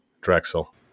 Drexel